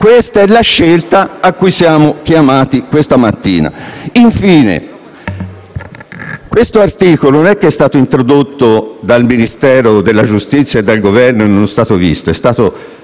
Questa è la scelta a cui siamo chiamati questa mattina. Infine, questo articolo non è stato introdotto dal Ministero della giustizia e dal Governo senza essere visto dal